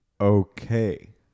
Okay